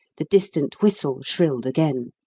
the distant whistle shrilled again